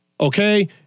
Okay